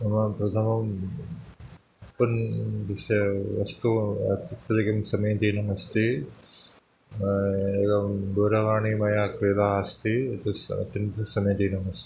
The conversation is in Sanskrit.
मम प्रथमम् उत्पन्नविषय वस्तु अत्यधिकं समीचीनमस्ति एवं दूरवाणी मया क्रिता अस्ति तस्य किञ्चित् समीचीनमस्ति